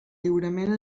lliurament